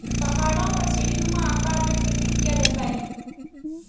पहाड़ों पर सीढ़ीनुमा आकार में खेती किया जाता है